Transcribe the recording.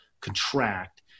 contract